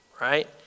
right